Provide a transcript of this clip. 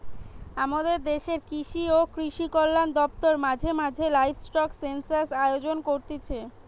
আমদের দেশের কৃষি ও কৃষিকল্যান দপ্তর মাঝে মাঝে লাইভস্টক সেনসাস আয়োজন করতিছে